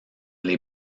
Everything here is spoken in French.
les